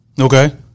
Okay